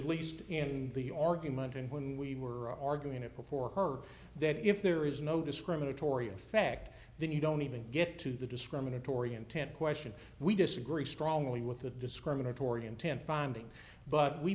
at least in the argument when we were arguing it before her that if there is no discriminatory effect then you don't even get to the discriminatory intent question we disagree strongly with the discriminatory intent finding but we